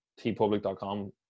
tpublic.com